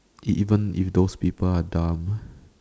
even if those people are dumb